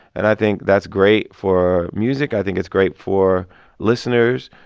and i think that's great for music. i think it's great for listeners.